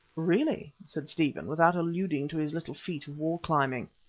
really! said stephen, without alluding to his little feat of wall climbing.